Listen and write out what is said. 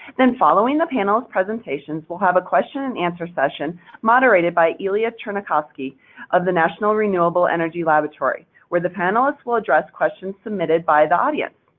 then, following the panel's presentations we'll have a question and answer session moderated by ilya chernyakhovskiy of the national renewable energy laboratory where the panelists will address questions submitted by the audience.